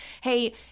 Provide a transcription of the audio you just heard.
hey